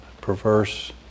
perverse